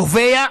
קובע.